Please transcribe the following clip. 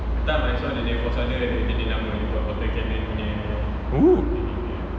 oo